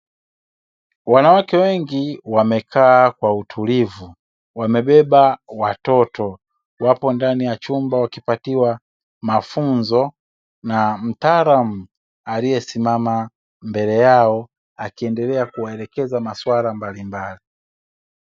Wanawake wengi wamekaa kwa utulivu wamebeba watoto, wapo ndani ya chumba wakipatiwa mafunzo na mtaalamu aliyesimama mbele yao akiendelea kuwaelekeza masuala mbalimbali.